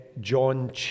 John